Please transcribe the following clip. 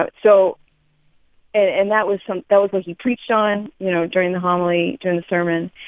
but so and that was so that was what he preached on, you know, during the homily, during the sermon.